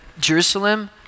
Jerusalem